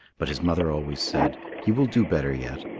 but his mother always said, he will do better yet.